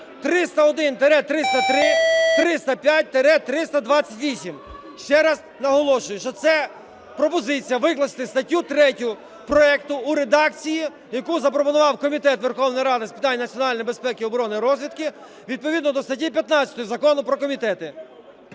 301-303, 305-328. Ще раз наголошую, що це пропозиція викласти статтю 3 проекту у редакції, яку запропонував Комітет Верховної Ради з питань національної безпеки, оборони і розвідки відповідно до статті 15 Закону про комітети.